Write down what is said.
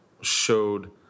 showed